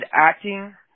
acting